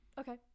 Okay